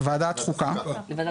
לוועדת חוקה.